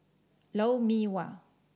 Lou Mee Wah